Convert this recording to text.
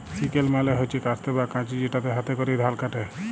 sickle মালে হচ্যে কাস্তে বা কাঁচি যেটাতে হাতে ক্যরে ধাল কাটে